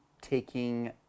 taking